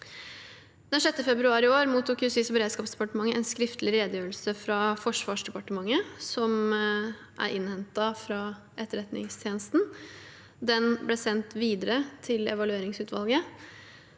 Den 6. februar i år mottok Justis- og beredskapsdepartementet en skriftlig redegjørelse fra Forsvarsdepartementet som er innhentet fra Etterretningstjenesten. Den ble sendt videre til evalueringsutvalget.